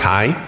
High